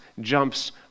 jumps